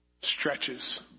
stretches